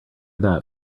that